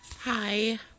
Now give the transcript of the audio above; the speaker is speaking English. Hi